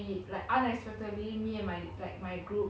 so how did you guys split the one thousand